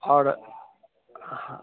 आओर हँ हँ